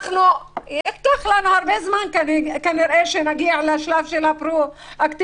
וייקח לנו כנראה הרבה זמן עד שנגיע לשלב הפרואקטיבי,